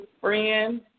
friend